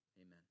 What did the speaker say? amen